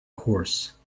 horse